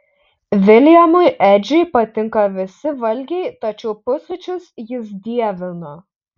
viljamui edžiui patinka visi valgiai tačiau pusryčius jis dievina